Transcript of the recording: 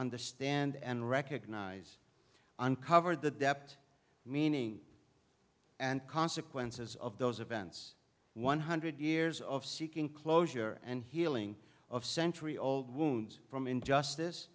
understand and recognize uncovered the dept meaning and consequences of those events one hundred years of seeking closure and healing of century old wounds from injustice